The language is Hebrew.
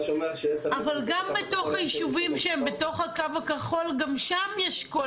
מה שאומר --- אבל גם בתוך הישובים שהם בתוך הקו הכחול גם שם יש,